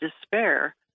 despair